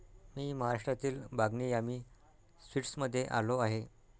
मी महाराष्ट्रातील बागनी यामी स्वीट्समध्ये आलो आहे